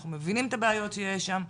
אנחנו מבינים את הבעיות שיש שם,